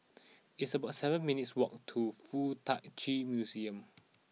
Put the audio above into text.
it's about seven minutes' walk to Fuk Tak Chi Museum